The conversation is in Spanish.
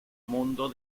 mundo